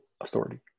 authority